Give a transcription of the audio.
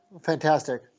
Fantastic